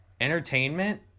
Entertainment